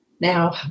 Now